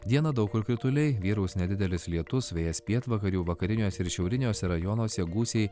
dieną daug kur krituliai vyraus nedidelis lietus vėjas pietvakarių vakariniuose ir šiauriniuose rajonuose gūsiai